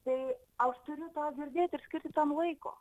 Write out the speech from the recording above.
tai aš turiu tą girdėti ir skirti tam laiko